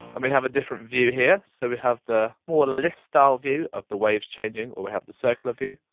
and we have a different view here, so we have the more list-style view of the waves changing, or we have the circular view.